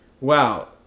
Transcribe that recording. wow